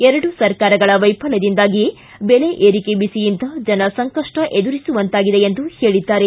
ಎರಡೂ ಸರ್ಕಾರಗಳ ವೈಫಲ್ಯದಿಂದಾಗಿಯೇ ಬೆಲೆಏರಿಕೆ ಬಿಸಿಯಿಂದ ಜನ ಸಂಕಷ್ಟ ಎದುರಿಸುವಂತಾಗಿದೆ ಎಂದು ಹೇಳಿದ್ದಾರೆ